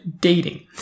dating